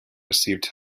received